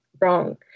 wrong